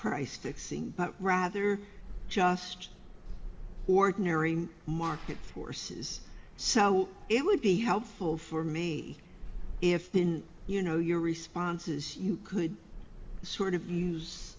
price fixing but rather just ordinary market forces so it would be helpful for me if you know your responses you could sort of use